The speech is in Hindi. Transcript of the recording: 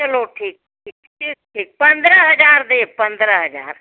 चलो ठीक ठीक ठीक ठीक पंद्रह हज़ार दें पंद्रह हज़ार